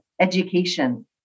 Education